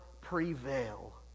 prevail